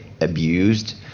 Abused